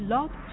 Love